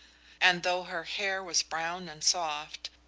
and though her hair was brown and soft,